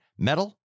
metal